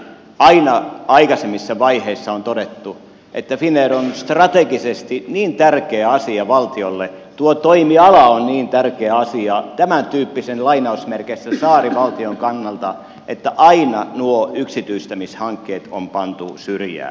aina aikaisemmissa vaiheissa on todettu että finnair on strategisesti niin tärkeä asia valtiolle tuo toimiala on niin tärkeä asia tämäntyyppisen lainausmerkeissä saarivaltion kannalta että aina nuo yksityistämishankkeet on pantu syrjään